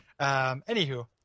anywho